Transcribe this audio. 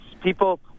people